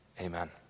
Amen